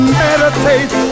meditate